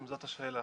אם זאת השאלה,